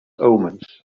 omens